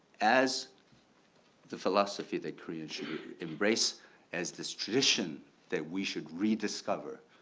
as the philosophy that korean should embrace as this tradition that we should rediscover,